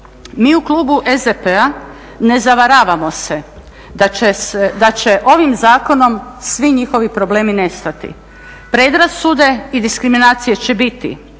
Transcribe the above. Mi u klubu SDP-a ne zavaramo se da će ovim zakonom svi njihovi problemi nestati. Predrasude i diskriminacije će biti,